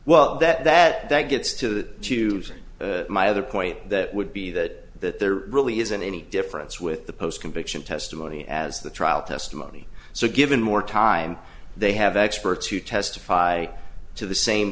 well that that gets to choose and my other point that would be that that there really isn't any difference with the post conviction testimony as the trial testimony so given more time they have experts who testify to the same